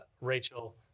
rachel